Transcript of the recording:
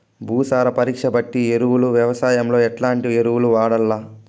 భూసార పరీక్ష బట్టి ఎరువులు వ్యవసాయంలో ఎట్లాంటి ఎరువులు వాడల్ల?